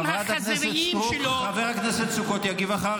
חברת הכנסת סטרוק, חבר הכנסת סוכות יגיב אחר